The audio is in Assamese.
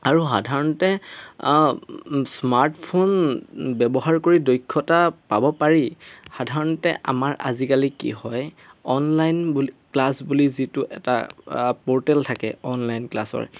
আৰু সাধাৰণতে স্মাৰ্টফোন ব্যৱহাৰ কৰি দক্ষতা পাব পাৰি সাধাৰণতে আমাৰ আজিকালি কি হয় অনলাইন বুলি ক্লাছ বুলি যিটো এটা প'ৰ্টেল থাকে অনলাইন ক্লাছৰ